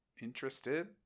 interested